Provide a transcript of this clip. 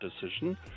decision